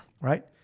Right